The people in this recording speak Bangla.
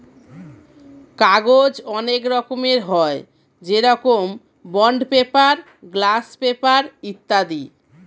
কাগজ অনেক রকমের হয়, যেরকম বন্ড পেপার, গ্লাস পেপার ইত্যাদি